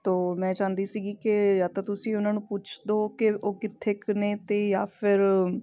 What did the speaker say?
ਤੋ ਮੈਂ ਚਾਹੁੰਦੀ ਸੀਗੀ ਕਿ ਜਾਂ ਤਾਂ ਤੁਸੀਂ ਉਹਨਾਂ ਨੂੰ ਪੁੱਛ ਦਿਓ ਕਿ ਉਹ ਕਿੱਥੇ ਕੁ ਨੇ ਅਤੇ ਜਾਂ ਫਿਰ